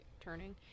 Turning